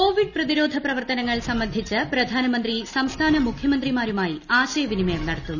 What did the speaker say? Covid പ്രതിരോധ പ്രവർത്തനങ്ങൾ സംബന്ധിച്ച് പ്രധാനമന്ത്രി സംസ്ഥാന മുഖ്യമന്ത്രിമാരുമായി ആശയവിനിമയം നടത്തും